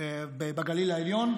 בגליל העליון,